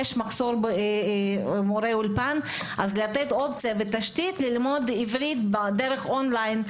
יש מחסור במורי אולפן אז לתת עוד צוות תשתית ללמוד עברית בדרך און ליין.